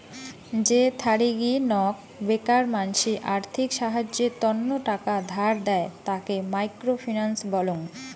যে থারিগী নক বেকার মানসি আর্থিক সাহায্যের তন্ন টাকা ধার দেয়, তাকে মাইক্রো ফিন্যান্স বলং